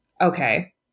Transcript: Okay